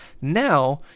Now